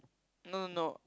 no no no